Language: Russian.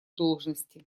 должности